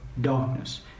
darkness